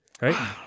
right